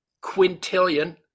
quintillion